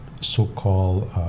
so-called